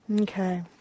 Okay